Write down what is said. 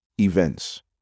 Events